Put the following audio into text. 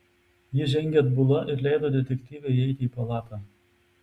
ji žengė atbula ir leido detektyvei įeiti į palatą